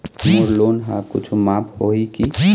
मोर loan हा कुछू माफ होही की?